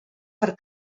per